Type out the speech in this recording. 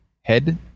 Head